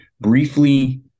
briefly